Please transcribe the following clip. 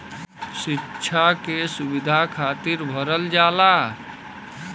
सिक्षा के सुविधा खातिर भरल जाला